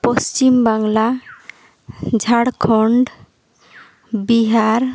Paschim Bangla Jharkhand Bihar